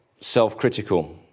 self-critical